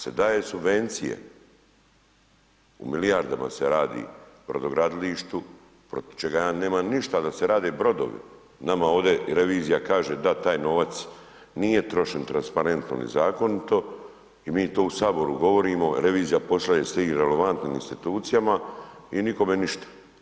se daje subvencija u milijardama se radi, brodogradilištu, protiv čega ja nemam ništa da se rade brodovi, nama ovdje i revizija kaže da taj novac nije trošen transparentno ni zakonito i mi to u Saboru govorimo, revizija pošalje svim relevantnim institucijama i nikome ništa.